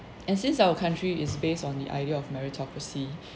and since our country is based on the idea of meritocracy